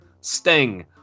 Sting